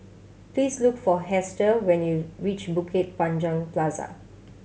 please look for Hester when you reach Bukit Panjang Plaza